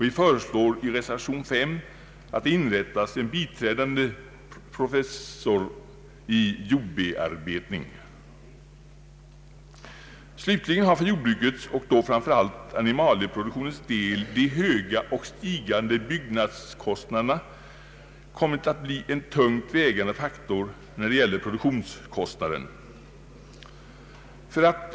Vi föreslår i reservationen att det inrättas en biträdande professorstjänst i jordbearbetning. Slutligen har för jordbrukets och då framför allt animalieproduktionens del de höga och stigande byggnadskostnaderna kommit att bli en tungt vägande faktor när det gäller produktionskostnaderna.